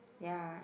ya